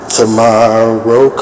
tomorrow